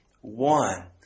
One